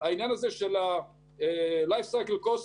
מתי נגמר באמת העניין הזה של Life Cycle Cost,